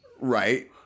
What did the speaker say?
Right